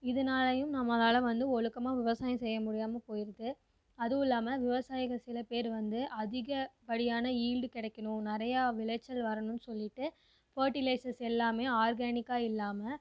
இதனாலையும் நம்மளால் வந்து ஒழுக்கமாக விவசாயம் செய்ய முடியாம போயிருது அதுவும் இல்லாம விவசாயிகள் சில பேர் வந்து அதிக படியான ஈல்டு கிடைக்கிணும் நிறையா விளைச்சல் வரணுன்னு சொல்லிவிட்டு பெர்டிலைசர்ஸ் எல்லாமே ஆர்கானிக்காக இல்லாம